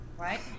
right